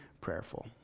prayerful